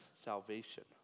salvation